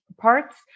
parts